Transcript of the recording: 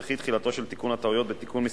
וכי תחילתו של תיקון הטעויות בתיקון מס'